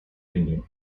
england